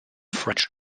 french